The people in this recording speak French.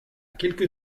quelque